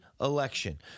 election